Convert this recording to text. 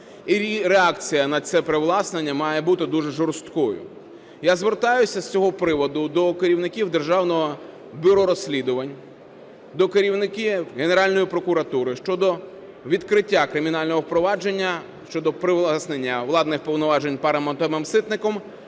І реакція на це привласнення має бути дуже жорсткою. Я звертаюся з цього приводу до керівників Державного бюро розслідувань, до керівників Генеральної прокуратури щодо відкриття кримінального провадження щодо привласнення владних повноважень Артемом Ситником,